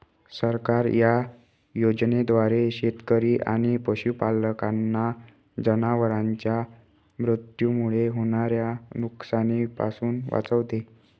सरकार या योजनेद्वारे शेतकरी आणि पशुपालकांना जनावरांच्या मृत्यूमुळे होणाऱ्या नुकसानीपासून वाचवते